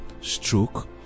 stroke